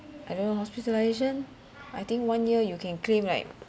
I don't know hospitalisation I think one year you can claim like